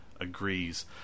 Agrees